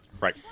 Right